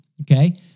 okay